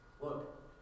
Look